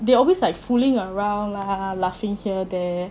they always like fooling around lah laughing here there